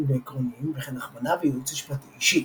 ועקרוניים וכן הכוונה וייעוץ משפטי אישי.